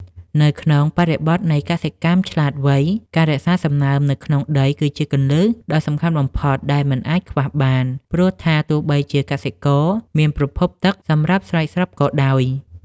នៅក្នុងបរិបទនៃកសិកម្មឆ្លាតវៃ ការរក្សាសំណើមនៅក្នុងដីគឺជាគន្លឹះដ៏សំខាន់បំផុតដែលមិនអាចខ្វះបាន ព្រោះថាទោះបីជាកសិករមានប្រភពទឹកសម្រាប់ស្រោចស្រពក៏ដោយ។